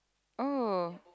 oh